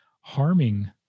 harming